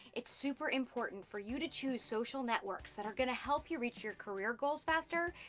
it's super important for you to choose social networks that are gonna help you reach your career goals faster,